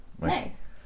Nice